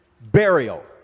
burial